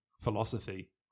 philosophy